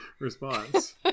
response